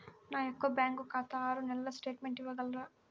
నా యొక్క బ్యాంకు ఖాతా ఆరు నెలల స్టేట్మెంట్ ఇవ్వగలరా?